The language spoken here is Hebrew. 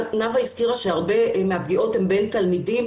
נאווה הזכירה שהרבה מהפגיעות הן בין תלמידים,